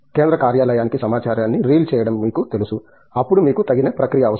1 కేంద్ర కార్యాలయానికి సమాచారాన్ని రిలే చేయడం మీకు తెలుసు అప్పుడు మీకు తగిన ప్రక్రియ అవసరం